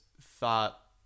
thought